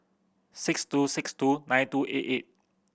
six two six two nine two eight eight